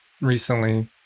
recently